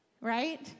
Right